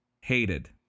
hated